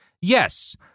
Yes